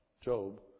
Job